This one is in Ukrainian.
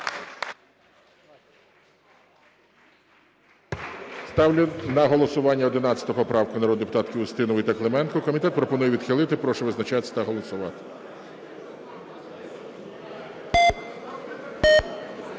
Ставлю на голосування 11 поправку, народної депутатки Устінової та Клименко. Комітет пропонує відхилити. Прошу визначатись та голосувати.